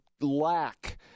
lack